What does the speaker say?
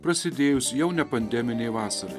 prasidėjus jau ne pandeminei vasarai